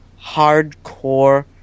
hardcore